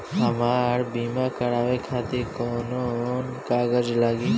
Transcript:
हमरा बीमा करावे खातिर कोवन कागज लागी?